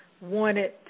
wanted